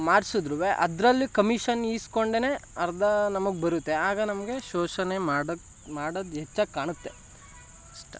ಮಾರ್ಸಿದ್ರೂ ಅದರಲ್ಲಿ ಕಮಿಷನ್ ಈಸ್ಕೊಂಡೇನೆ ಅರ್ಧ ನಮಗೆ ಬರುತ್ತೆ ಆಗ ನಮಗೆ ಶೋಷಣೆ ಮಾಡೋಕೆ ಮಾಡೋದು ಹೆಚ್ಚಾಗಿ ಕಾಣುತ್ತೆ ಅಷ್ಟೇ